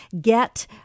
Get